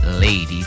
Lady